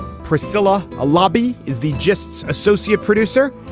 priscilla, a lobby is the justs associate producer.